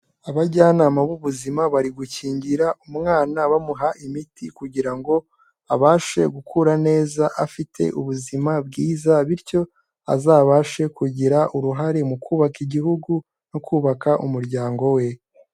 Abajyanama b'ubuzima bari gukingira umwana bamuha imiti, kugira ngo abashe gukura neza afite ubuzima bwiza, bityo azabashe kugira uruhare mu kubaka Igihugu no kubaka umuryango we.